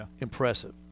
impressive